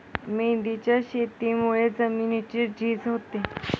मेंढीच्या शेतीमुळे जमिनीची झीज होते